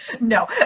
no